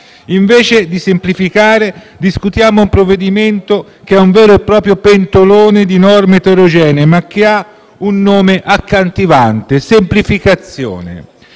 Invece di semplificare, discutiamo un provvedimento che è un vero e proprio pentolone di norme eterogenee ma che ha un nome accattivante: «semplificazione».